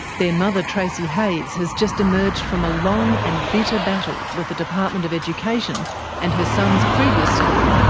their mother, tracey hayes, has just emerged from a long and bitter battle with the department of education and her sons' previous school,